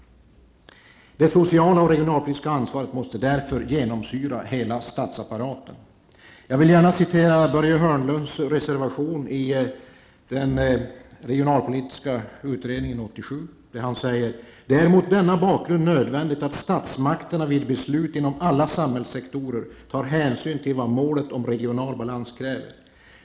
Det sociala och regionalpolitiska ansvaret måste därför genomsyra hela statsapparaten. Av Börje Hörnlunds reservation i den regionalpolitiska utredningen 1987 framgår det att det mot den bakgrunden är nödvändigt att statsmakterna vid beslut inom alla samhällssektorer tar hänsyn till vad målet om regional balans kräver.